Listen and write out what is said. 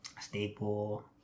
staple